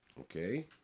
Okay